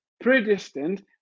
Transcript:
predestined